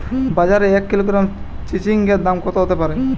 বাজারে এক কিলোগ্রাম চিচিঙ্গার দাম কত হতে পারে?